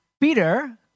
Peter